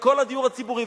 וכל הדיור הציבורי,